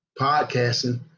podcasting